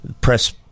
press